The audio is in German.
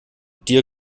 dir